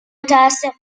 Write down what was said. متاسفم